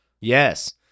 yes